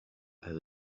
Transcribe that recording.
هذا